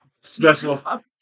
special